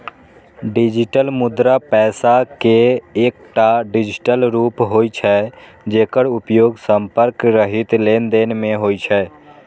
digital मुद्रा पैसा के एकटा डिजिटल रूप होइ छै, जेकर उपयोग संपर्क रहित लेनदेन मे होइ छै